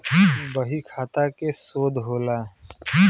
बहीखाता के शोध होला